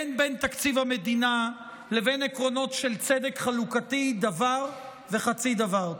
אין בין תקציב המדינה לבין עקרונות של צדק חלוקתי דבר וחצי דבר.